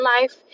life